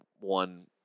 one